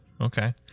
Okay